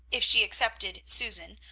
if she excepted susan,